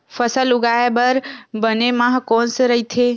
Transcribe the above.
फसल उगाये बर बने माह कोन से राइथे?